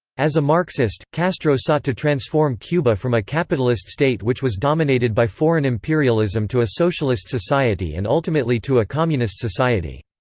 as a marxist, castro sought to transform cuba from a capitalist state which was dominated by foreign imperialism to a socialist society and ultimately to a communist society.